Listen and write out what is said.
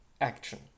action